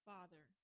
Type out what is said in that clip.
Father